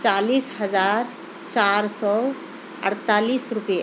چالیس ہزار چار سو اَڑتالیس روپئے